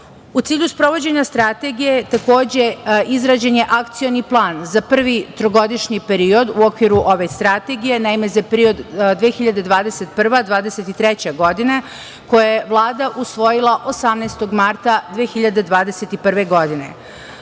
cilju sprovođenja strategije, takođe izrađen je Akcioni plan za prvi trogodišnji period u okviru ove strategije. Naime, za period 2021/2023. godina, koji je Vlada usvojila 18. marta 2021.